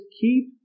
keep